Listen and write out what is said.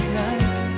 night